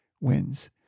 wins